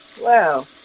Wow